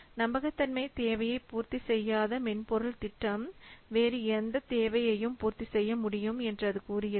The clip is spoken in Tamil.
நம்பகத்தன்மை தேவையைப் பூர்த்தி செய்யாத மென்பொருள் திட்டம் வேறு எந்த தேவையையும் பூர்த்தி செய்ய முடியும் என்று அது கூறுகிறது